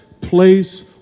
place